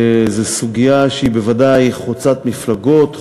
זאת סוגיה שהיא בוודאי חוצה מפלגות,